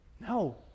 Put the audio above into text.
no